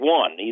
one